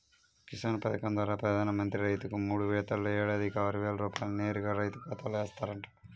కిసాన్ పథకం ద్వారా ప్రధాన మంత్రి రైతుకు మూడు విడతల్లో ఏడాదికి ఆరువేల రూపాయల్ని నేరుగా రైతు ఖాతాలో ఏస్తారంట